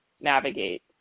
navigate